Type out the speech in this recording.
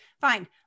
Fine